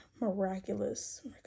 miraculous